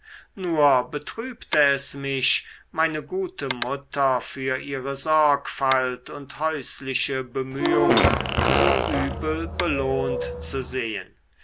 nur betrübte es mich meine gute mutter für ihre sorgfalt und häusliche bemühung so übel belohnt zu sehen